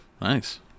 Nice